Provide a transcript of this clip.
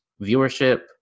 viewership